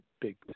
big